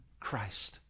Christ